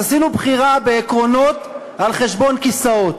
אז עשינו בחירה בעקרונות על חשבון כיסאות,